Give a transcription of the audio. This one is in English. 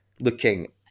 looking